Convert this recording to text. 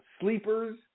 Sleepers